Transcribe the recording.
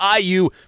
IU